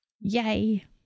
Yay